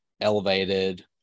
elevated